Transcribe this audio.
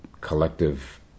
collective